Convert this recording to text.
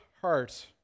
heart